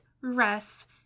rest